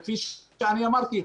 כפי שאני אמרתי,